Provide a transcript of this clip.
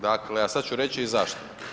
Dakle, sada ću reći i zašto.